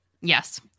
yes